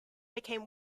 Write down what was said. became